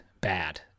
bad